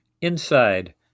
Inside